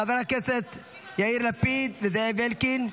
חבר הכנסת יאיר לפיד וזאב אלקין.